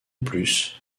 plus